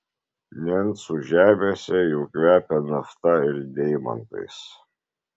nencų žemėse jau kvepia nafta ir deimantais